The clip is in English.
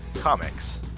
comics